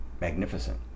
magnificent